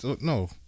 no